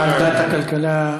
ועדת הכלכלה?